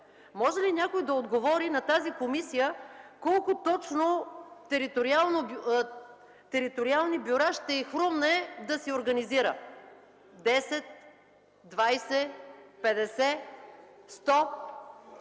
Може ли някой да отговори тази комисия колко териториални бюра ще й хрумне да си организира – 10, 20, 50 или